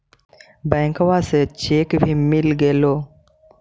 बैंकवा से चेक भी मिलगेलो?